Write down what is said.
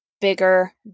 bigger